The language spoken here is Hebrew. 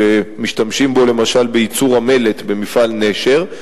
שמשתמשים בו למשל בייצור המלט במפעל "נשר",